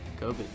COVID